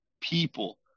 people